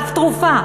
אף תרופה.